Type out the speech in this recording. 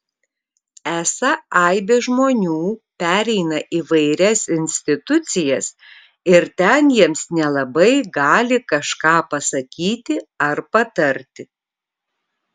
esą aibė žmonių pereina įvairias institucijas ir ten jiems nelabai gali kažką pasakyti ar patarti